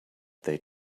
they